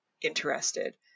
interested